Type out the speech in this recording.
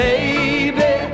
Baby